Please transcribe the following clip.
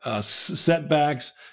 setbacks